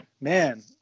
man